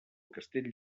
castell